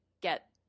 get